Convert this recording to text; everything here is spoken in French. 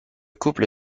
couple